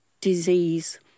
disease